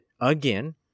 again